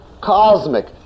cosmic